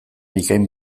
bikain